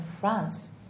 France